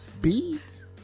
Beads